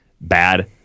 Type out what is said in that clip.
bad